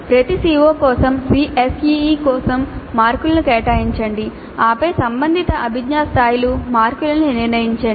ప్రతి CO కోసం SEE కోసం మార్కులను కేటాయించండి ఆపై సంబంధిత అభిజ్ఞా స్థాయిలకు మార్కులను నిర్ణయించండి